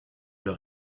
leur